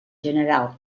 general